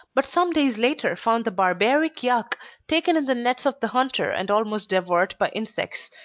but some days later found the barbaric yak taken in the nets of the hunter and almost devoured by insects,